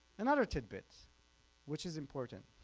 another tidbit which is important,